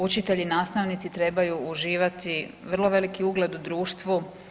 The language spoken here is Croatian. Učitelji i nastavnici trebaju uživati vrlo veliki ugled u društvu.